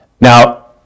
Now